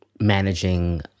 managing